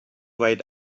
ride